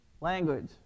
Language